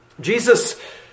Jesus